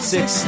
Six